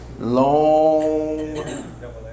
long